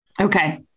Okay